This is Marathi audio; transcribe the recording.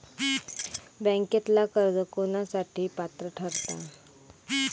बँकेतला कर्ज कोणासाठी पात्र ठरता?